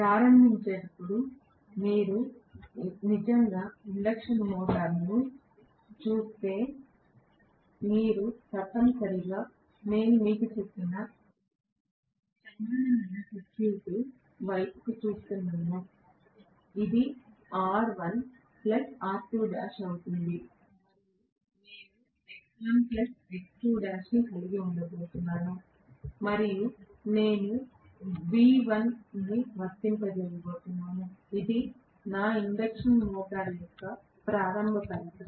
ప్రారంభించేటప్పుడు మీరు నిజంగా ఇండక్షన్ మోటారును చూస్తే మీరు తప్పనిసరిగా నేను మీకు చెప్పిన సమానమైన సర్క్యూట్ వైపు చూస్తున్నారు ఇది R1R2l అవుతుంది మరియు నేను X1X2l కలిగి ఉండబోతున్నాను మరియు నేను V1 ను వర్తింప చేయబోతున్నాను ఇది నా ఇండక్షన్ మోటర్ యొక్క ప్రారంభ పరిస్థితి